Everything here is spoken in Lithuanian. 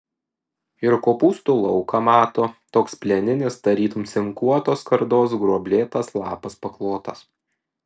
ir kopūstų lauką mato toks plieninis tarytum cinkuotos skardos gruoblėtas lapas paklotas